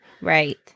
Right